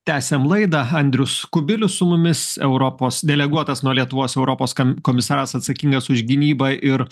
tęsiam laidą andrius kubilius su mumis europos deleguotas nuo lietuvos europos kam komisaras atsakingas už gynybą ir